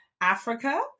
Africa